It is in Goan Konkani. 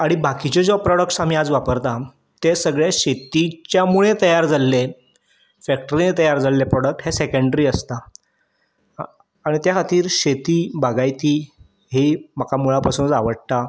आनी बाकीचे जे प्रोडक्ट्स आमी वापरता ते सगळे शेतीच्या मुळे तयार जाल्ले फॅक्ट्रीन तयार जाल्ले प्रोडक्ट हे सेकेंडरी आसता आनी त्या खातीर शेती बागायती ही म्हाका मुळा पासून आवडटा